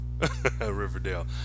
riverdale